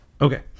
Okay